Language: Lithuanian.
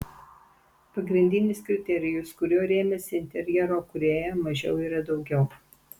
pagrindinis kriterijus kuriuo rėmėsi interjero kūrėja mažiau yra daugiau